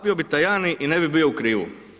bi Tajani i ne bi bio u krivu.